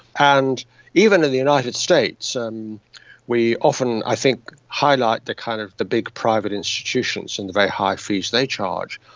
and even in the united states um we often i think highlight the kind of big private institutions and the very high fees they charge.